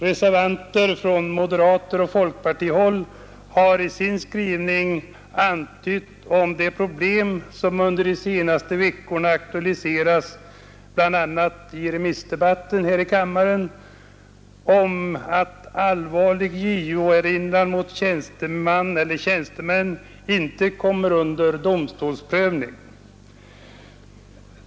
Reservanter från moderat håll och folkpartihåll har i sin skrivning antytt det problem som under de senaste veckorna aktualiserats, bl.a. i remissdebatten här i kammaren, om att allvarlig JO-erinran mot tjänstemän inte kommer under domstolsprövning.